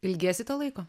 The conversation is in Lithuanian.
ilgiesi to laiko